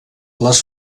les